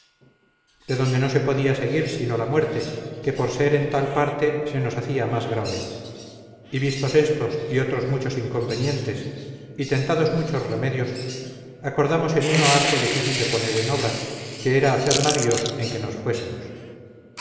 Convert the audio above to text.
de donde no se podía seguir sino la muerte que por ser en tal parte se nos hacía más grave y vistos estos y otros muchos inconvenientes y tentados muchos remedios acordamos en uno harto difícil de poner en obra que era hacer navíos en que nos fuésemos